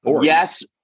Yes